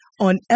on